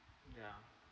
ya